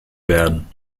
werden